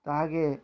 ତାହାକେ